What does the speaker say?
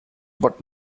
but